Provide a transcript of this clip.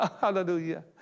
Hallelujah